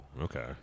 okay